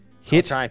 hit